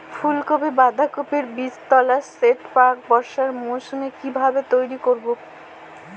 ফুলকপি বাধাকপির বীজতলার সেট প্রাক বর্ষার মৌসুমে কিভাবে তৈরি করব?